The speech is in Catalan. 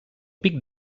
pic